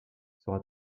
sera